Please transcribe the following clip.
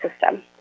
system